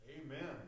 Amen